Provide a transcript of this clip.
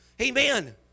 Amen